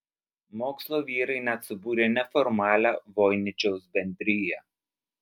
mokslo vyrai net subūrė neformalią voiničiaus bendriją